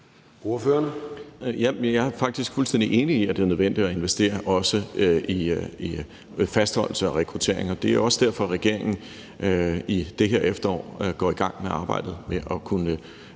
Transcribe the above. Jeg er faktisk fuldstændig enig i, at det er nødvendigt at investere, også i fastholdelse og rekrutteringer. Det er også derfor, regeringen i det her efterår går i gang med arbejdet med at kunne